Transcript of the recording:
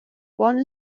one